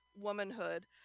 womanhood